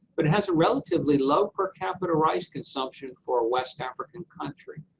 but it has a relatively low per capita rice consumption for a west african country.